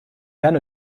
then